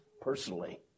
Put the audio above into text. personally